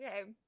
Okay